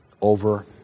over